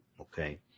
Okay